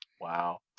Wow